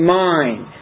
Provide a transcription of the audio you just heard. mind